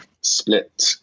split